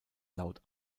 laut